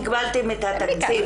הגבלתם את התקציב.